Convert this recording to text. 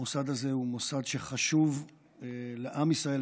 המוסד הזה הוא מוסד שחשוב לעם ישראל,